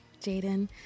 Jaden